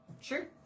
Sure